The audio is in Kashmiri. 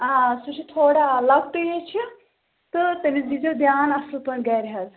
آ سُہ چھُ تھوڑا لۄکٹُے یے چھُ تہٕ تٔمِس دیٖزیٚو دیان اَصٕل پٲٹھۍ گَرِ حظ